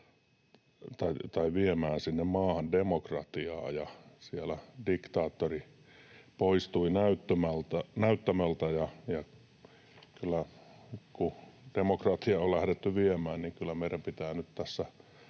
viemään sinne maahan demokratiaa ja siellä diktaattori poistui näyttämöltä. Ja kun demokratiaa on lähdetty viemään, niin kyllä meidän pitää nyt tässä